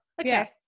Okay